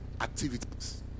activities